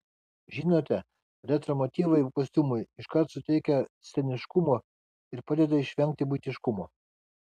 žinote retro motyvai kostiumui iškart suteikia sceniškumo ir padeda išvengti buitiškumo